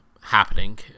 happening